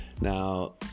now